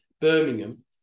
Birmingham